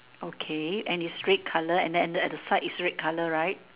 okay and it's red color and then and then at the side is red color right